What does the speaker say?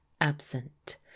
absent